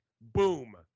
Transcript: Boom